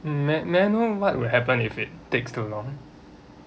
mm may may I know what will happen if it takes too long